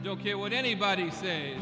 don't care what anybody say